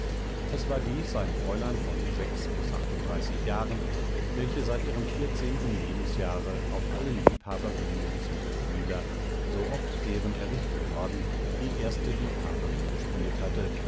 es war dies ein fräulein von sechs bis achtunddreißig jahren welche seit ihrem vierzehnten jahre auf allen liebhaberbühnen zu seldwyla sooft deren errichtet worden die erste liebhaberin gespielt hatte